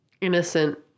innocent